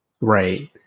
Right